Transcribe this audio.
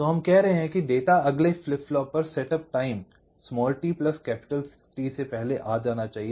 तो हम कह रहे हैं डेटा अगले फ्लिप फ्लॉप पर सेटअप टाइम tT से पहले आ जाना चाहिए